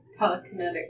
telekinetic